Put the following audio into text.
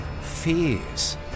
fears